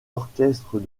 orchestres